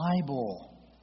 Bible